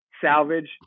salvage